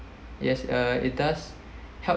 yes uh it does help